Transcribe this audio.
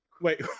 wait